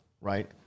right